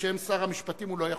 בשם שר המשפטים הוא לא יכול,